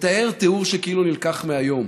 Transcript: מתאר תיאור שכאילו נלקח מהיום,